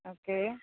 okay